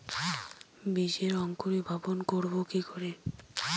বীজের অঙ্কোরি ভবন করব কিকরে?